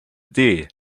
deer